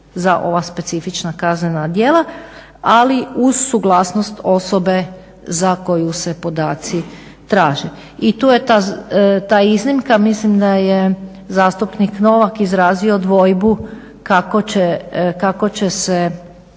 za ova specifična kaznena djela, ali uz suglasnost osobe za koju se podaci traže. I tu je ta iznimka, mislim da je zastupnik Novak izrazio dvojbu kako će se